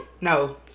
no